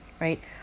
right